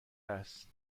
است